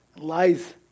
Lies